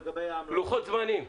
לוחות זמנים.